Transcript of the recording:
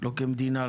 לא כמדינה,